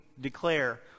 declare